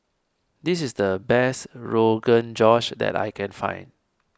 this is the best Rogan Josh that I can find